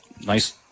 nice